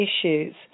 issues